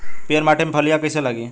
पीयर माटी में फलियां कइसे लागी?